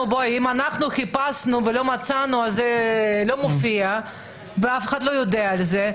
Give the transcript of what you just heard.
אם אנחנו חיפשנו ולא מצאנו אז זה לא מופיע ואף אחד לא יודע על זה.